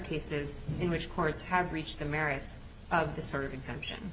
cases in which courts have reached the merits of this sort of exemption